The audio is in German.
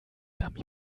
dummy